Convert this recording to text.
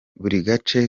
gace